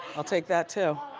i'll take that too.